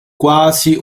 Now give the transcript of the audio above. quasi